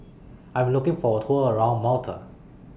I Am looking For A Tour around Malta